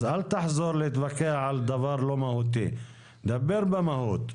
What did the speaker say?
אז אל תחזור להתווכח על דבר לא מהותי, דבר במהות.